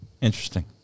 Interesting